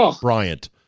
Bryant